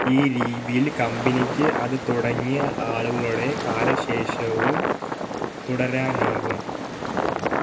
ഈ രീതിയിൽ കമ്പനിക്ക് അത് തുടങ്ങിയ ആളുകളുടെ കാലശേഷവും തുടരാനാവും